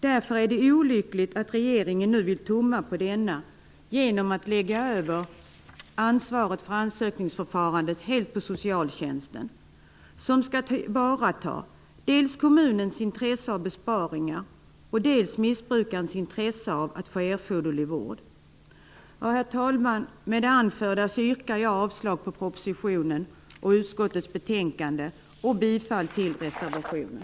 Därför är det olyckligt att regeringen nu vill tumma på denna genom att lägga över ansvaret för ansökningsförfarandet helt på socialtjänsten, som har att tillvarata dels kommunens intresse av besparingar, dels missbrukarens intresse av att få erforderlig vård. Herr talman! Med det anförda yrkar jag avslag på propositionens förslag och på hemställan i utskottets betänkande samt bifall till reservationen.